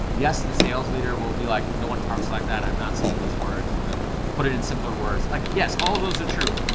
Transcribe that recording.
yes, the sales leader will be like, no one talks like that. i'm not saying those words, i'm gonna put it in simpler words. like, yes, all of those are true.